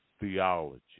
theology